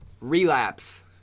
Relapse